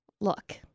look